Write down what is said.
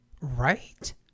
Right